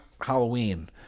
Halloween